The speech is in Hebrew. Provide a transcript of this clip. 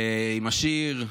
עם השיר.